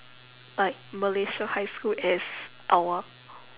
like malaysia high school as our